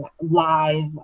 live